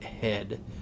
head